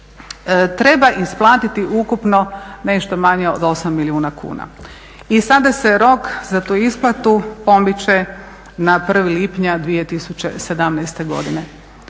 treba isplatiti ukupno nešto manje od 8 milijuna kuna. I sada se rok za tu isplatu pomiče na 1. lipnja 2017. godine.